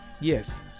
Yes